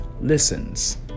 listens